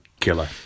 killer